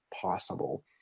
possible